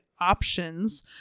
options